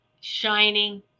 shining